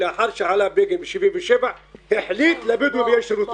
לאחר שעלה בגין ב-77' הוא החליט להביא --- בוא,